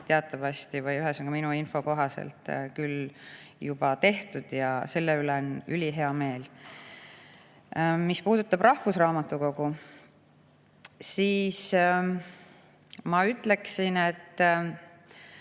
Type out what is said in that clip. mõningasi edusamme minu info kohaselt küll juba tehtud ja selle üle on ülihea meel. Mis puudutab rahvusraamatukogu, siis ma ütleksin, et